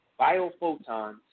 biophotons